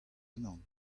unan